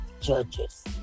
judges